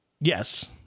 yes